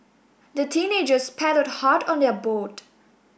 the teenagers paddled hard on their boat